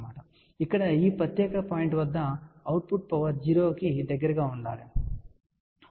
ఇప్పుడు ఇక్కడ ఈ ప్రత్యేక సమయంలో అవుట్పుట్ పవర్ 0 కి దగ్గరగా ఉండాలని మనము కోరుకుంటున్నాము సరే